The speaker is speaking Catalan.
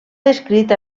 descrit